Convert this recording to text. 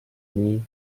nii